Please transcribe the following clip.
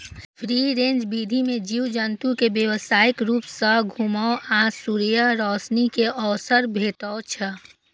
free range विधि मे जीव जंतु कें व्यापक रूप सं घुमै आ सूर्यक रोशनी के अवसर भेटै छै